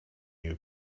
new